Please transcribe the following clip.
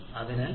അതിനാൽ 1